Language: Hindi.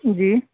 जी